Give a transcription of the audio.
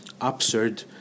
absurd